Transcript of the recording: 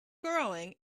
growing